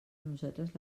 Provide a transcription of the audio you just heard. nosaltres